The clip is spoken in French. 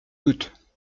toutes